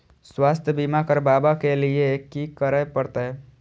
स्वास्थ्य बीमा करबाब के लीये की करै परतै?